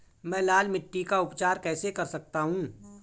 मैं लाल मिट्टी का उपचार कैसे कर सकता हूँ?